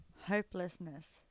Hopelessness